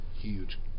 huge